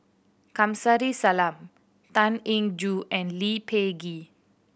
Kamsari Salam Tan Eng Joo and Lee Peh Gee